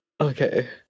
Okay